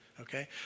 Okay